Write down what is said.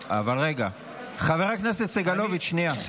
חבר הכנסת סגלוביץ', שנייה,